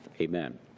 Amen